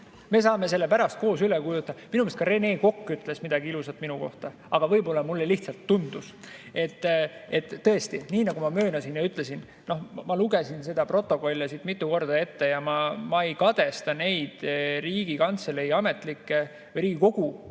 Me saame selle pärast koos üle kuulata. Minu meelest ka Rene Kokk ütles midagi ilusat minu kohta, aga võib-olla mulle lihtsalt tundus. Tõesti, nii nagu ma ütlesin, ma lugesin seda protokolli siin mitu korda ette ja ma ei kadesta neid Riigikogu Kantselei ametnikke, kes pidid